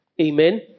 Amen